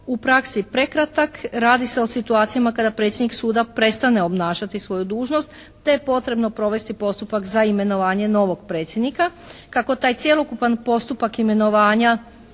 u praksi prekratak. Radi se o situacijama kada predsjednik suda prestane obnašati svoju dužnost te je potrebno provesti postupak za imenovanje novog predsjednika. Kako taj cjelokupan postupak imenovanja,